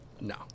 No